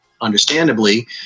understandably –